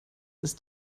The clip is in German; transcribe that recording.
ist